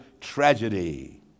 tragedy